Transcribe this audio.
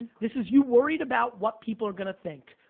this is you worried about what people are gonna think.